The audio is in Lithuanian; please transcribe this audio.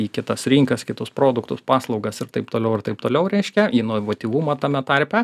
į kitas rinkas kitus produktus paslaugas ir taip toliau ir taip toliau reiškia inovatyvumą tame tarpe